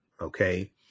Okay